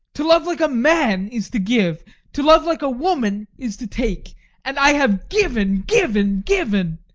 to love like a man is to give to love like a woman is to take and i have given, given, given!